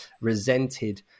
resented